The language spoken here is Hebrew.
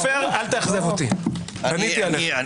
אל תאכזב אותי, עופר.